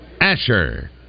Asher